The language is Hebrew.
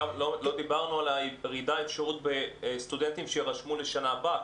גם לא דיברנו על הירידה במספר הסטודנטים שיירשמו לשנה הבאה,